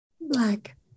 Black